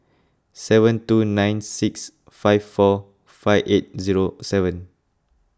seven two nine six five four five eight zero seven